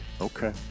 Okay